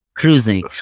cruising